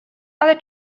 ale